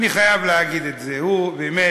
אני חייב להגיד את זה: הוא, באמת,